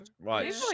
right